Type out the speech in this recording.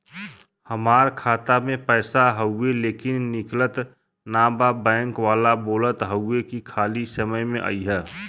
हमार खाता में पैसा हवुवे लेकिन निकलत ना बा बैंक वाला बोलत हऊवे की खाली समय में अईहा